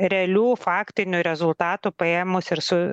realių faktinių rezultatų paėmus ir su